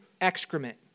excrement